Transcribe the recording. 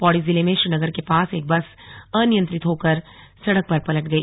पौड़ी जिले में श्रीनगर के पास एक बस अनियंत्रित हो कर सड़क पर पलट गई